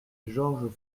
georges